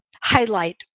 highlight